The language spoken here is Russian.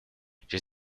через